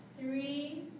three